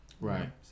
Right